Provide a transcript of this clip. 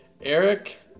Eric